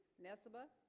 nessebar